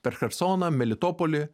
per chersoną melitopolį